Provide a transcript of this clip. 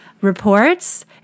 reports